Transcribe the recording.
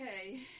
Okay